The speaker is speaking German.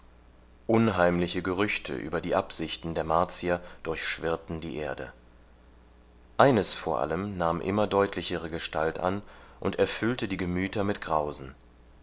unheimliche gerüchte über die absichten der martier durchschwirrten die erde eines vor allen nahm immer deutlichere gestalt an und erfüllte die gemüter mit grausen